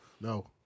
No